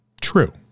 true